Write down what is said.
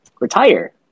retire